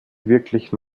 wirklich